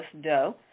dough